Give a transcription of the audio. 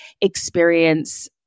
experience